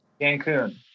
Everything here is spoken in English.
Cancun